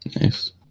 Nice